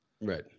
Right